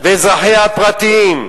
ואזרחיה הפרטיים,